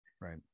Right